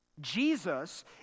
Jesus